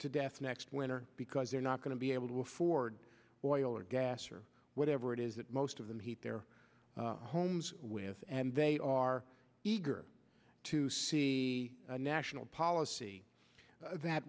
to death next winter because they're not going to be able to afford the oil or gas or whatever it is that most of them heat their homes with and they are eager to see a national policy that